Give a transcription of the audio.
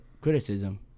Criticism